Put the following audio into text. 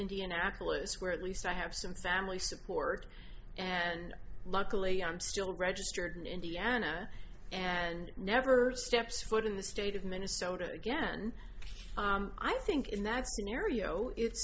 indianapolis where at least i have some family support and luckily i'm still registered in indiana and never heard steps foot in the state of minnesota again i think in that scenario it's